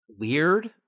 weird